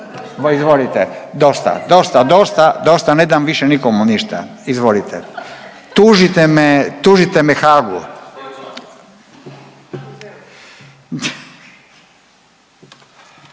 Izvolite. Dosta, dosta, dosta, dosta, ne dam više nikomu ništa. Izvolite. Tužite me Haagu.